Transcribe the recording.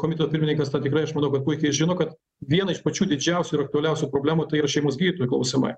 komiteto pirmininkas tą tikrai aš manau kad puikiai žino kad viena iš pačių didžiausių ir aktualiausių problemų tai yra šeimos gydytojo klausimai